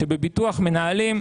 שבביטוח מנהלים,